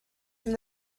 from